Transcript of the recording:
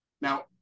Now